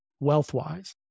Wealth-wise